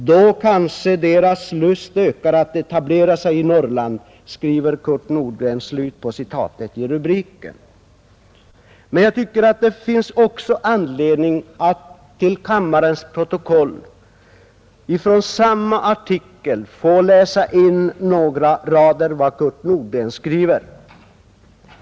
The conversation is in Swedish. Då kanske deras lust ökar att etablera sig i Norrland, skriver Kurt Nordgren.” Jag tycker också att det finns anledning att till kammarens protokoll från samma artikel läsa in några rader av vad Kurt Nordgren skriver.